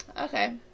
okay